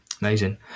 amazing